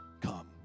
come